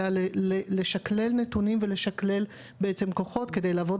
אלא לשכלל נתונים ולשלב בעצם כוחות כדי למפות